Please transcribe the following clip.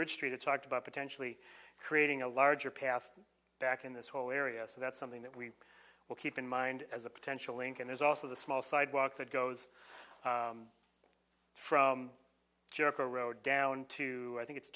bridge street it talked about potentially creating a larger path back in this whole area so that's something that we will keep in mind as a potential link and there's also the small sidewalk that goes from jericho road down to i think it's